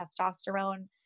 testosterone